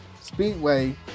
Speedway